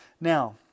Now